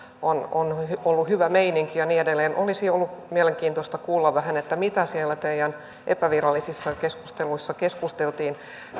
on on ollut hyvä meininki ja niin edelleen olisi ollut mielenkiintoista vähän kuulla mistä siellä teidän epävirallisissa keskusteluissanne keskusteltiin